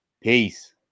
Peace